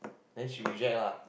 then she reject lah